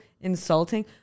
insulting